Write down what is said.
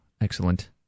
Excellent